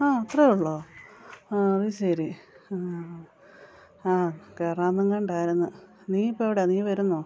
ആ അത്രേ ഉള്ളോ ആ അത് ശരി ആ കയറാന്നെങ്ങാണ്ടായിരുന്നു നീ ഇപ്പം എവിടാണ് നീ വരുന്നോ